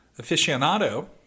aficionado